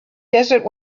desert